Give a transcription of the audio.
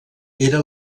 era